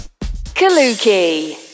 Kaluki